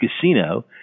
casino